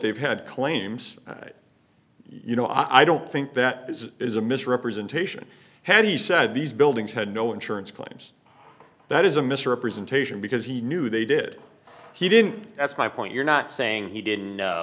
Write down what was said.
they've had claims that you know i don't think that this is a misrepresentation had he said these buildings had no insurance claims that is a misrepresentation because he knew they did he didn't that's my point you're not saying he didn't